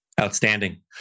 Outstanding